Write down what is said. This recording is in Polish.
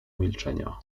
milczenia